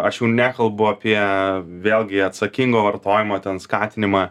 aš jau nekalbu apie vėlgi atsakingo vartojimo ten skatinimą